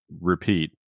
repeat